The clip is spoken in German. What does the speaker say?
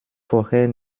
vorher